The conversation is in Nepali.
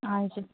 हजुर